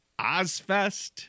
OzFest